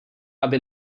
aby